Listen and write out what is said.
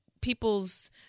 people's